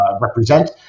represent